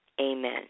Amen